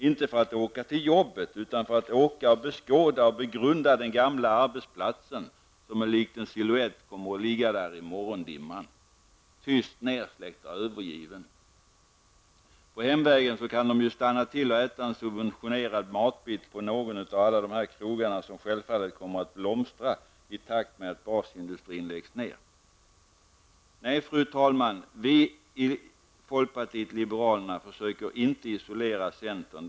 Inte för att åka till jobbet utan för att åka och beskåda och begrunda silhuetten av den gamla arbetsplatsen där den ligger i morgondimman -- tyst, nersläckt och övergiven. På hemvägen kan de ju stanna till och äta en subventionerade matbit vid någon av alla de krogar som självfallet kommer att blomstra i takt med att basindustrin läggs ned. Nej, fru talman, vi i folkpartiet liberalerna försöker inte isolera centern.